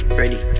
ready